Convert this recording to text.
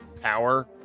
power